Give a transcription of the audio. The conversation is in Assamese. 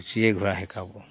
ঘোঁৰা শিকাব